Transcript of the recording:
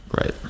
Right